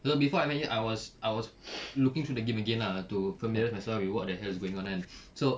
so before I met you I was I was looking through the game again lah to familiarise myself with what the hell is going on kan so